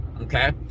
Okay